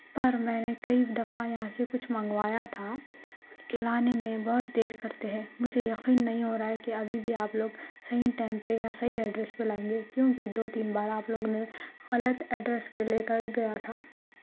پر میں نے کئی دفعہ یہاں سے کچھ منگوایا تھا کہ لانے میں بہت دیر کرتے ہے مجھے یقین نہیں ہو رہا ہے کہ ابھی بھی آپ لوگ صحیح ٹائم یا صحیح ایڈریس پر لائیں گے کیونکہ دو تین بار آپ لوگوں نے غلط ایڈریس پر لے کر گیا تھا